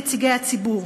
נציגי הציבור,